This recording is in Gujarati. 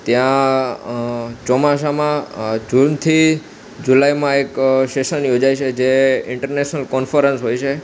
ત્યાં ચોમાસામાં જૂનથી જુલાઈમાં એક શેશન યોજાય છે જે ઇન્ટરનેશનલ કોનફોરન્સ હોય છે